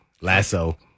Lasso